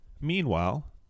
Meanwhile